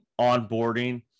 onboarding